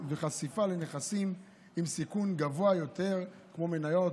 וחשיפה לנכסים עם סיכון גבוה יותר כמו מניות,